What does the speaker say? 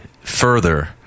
further